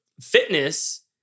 fitness